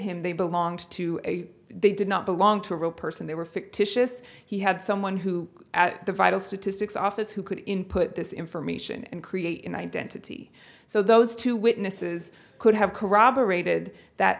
him they belonged to they did not belong to a real person they were fictitious he had someone who at the vital statistics office who could input this information and create an identity so those two witnesses could have corroborated that